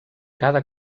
cada